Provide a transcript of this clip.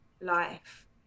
life